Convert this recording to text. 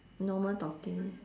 normal talking